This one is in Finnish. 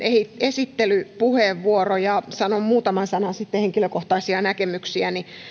esittelypuheenvuoro ja sanon muutaman sanan henkilökohtaisia näkemyksiäni sitten